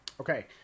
Okay